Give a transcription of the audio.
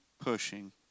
pushing